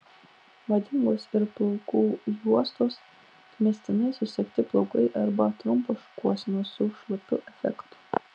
madingos ir plaukų juostos atmestinai susegti plaukai arba trumpos šukuosenos su šlapiu efektu